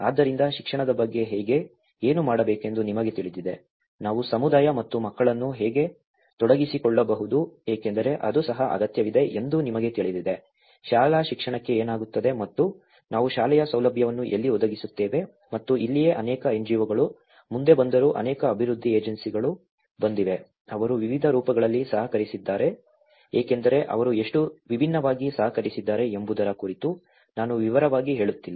ಆದ್ದರಿಂದ ಶಿಕ್ಷಣದ ಬಗ್ಗೆ ಹೇಗೆ ಏನು ಮಾಡಬೇಕೆಂದು ನಿಮಗೆ ತಿಳಿದಿದೆ ನಾವು ಸಮುದಾಯ ಮತ್ತು ಮಕ್ಕಳನ್ನು ಹೇಗೆ ತೊಡಗಿಸಿಕೊಳ್ಳಬಹುದು ಏಕೆಂದರೆ ಅದು ಸಹ ಅಗತ್ಯವಿದೆ ಎಂದು ನಿಮಗೆ ತಿಳಿದಿದೆ ಶಾಲಾ ಶಿಕ್ಷಣಕ್ಕೆ ಏನಾಗುತ್ತದೆ ಮತ್ತು ನಾವು ಶಾಲೆಯ ಸೌಲಭ್ಯಗಳನ್ನು ಎಲ್ಲಿ ಒದಗಿಸುತ್ತೇವೆ ಮತ್ತು ಇಲ್ಲಿಯೇ ಅನೇಕ ಎನ್ಜಿಒಗಳು ಮುಂದೆ ಬಂದರು ಅನೇಕ ಅಭಿವೃದ್ಧಿ ಏಜೆನ್ಸಿಗಳು ಬಂದಿವೆ ಅವರು ವಿವಿಧ ರೂಪಗಳಲ್ಲಿ ಸಹಕರಿಸಿದ್ದಾರೆ ಏಕೆಂದರೆ ಅವರು ಎಷ್ಟು ವಿಭಿನ್ನವಾಗಿ ಸಹಕರಿಸಿದ್ದಾರೆ ಎಂಬುದರ ಕುರಿತು ನಾನು ವಿವರವಾಗಿ ಹೇಳುತ್ತಿಲ್ಲ